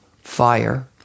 fire